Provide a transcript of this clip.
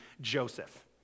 Joseph